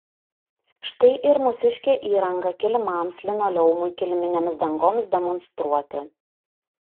štai ir mūsiškė įranga kilimams linoleumui kiliminėms dangoms demonstruoti